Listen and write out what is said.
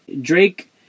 Drake